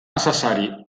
necessari